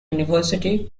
university